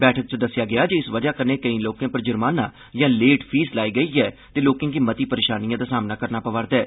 बैठक च दस्सेआ गेआ जे इस वजह कन्नै केई लोकें उप्पर जुर्माना या लेट फीस लाई गेई ऐ ते लोकें गी मती परेशानिएं दा सामना करना पवा रदा ऐ